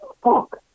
fuck